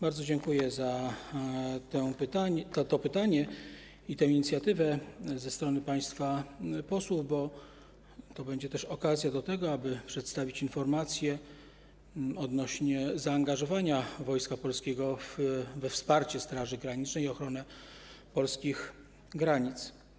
Bardzo dziękuję za to pytanie i tę inicjatywę ze strony państwa posłów, bo to będzie też okazja do tego, aby przedstawić informacje odnośnie do zaangażowania Wojska Polskiego we wsparcie Straży Granicznej i w ochronę polskich granic.